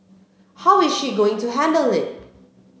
how is she going to handle it